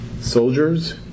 soldiers